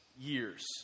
years